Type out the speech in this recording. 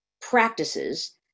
practices